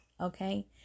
okay